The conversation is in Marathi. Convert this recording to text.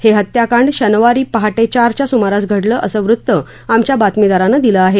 हे हत्याकांड शनिवारी पहाटे चारच्या सुमारास घडलं असे वृत्त आमच्या बातमीदारानं दिले आहे